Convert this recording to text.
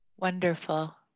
Wonderful